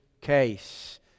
case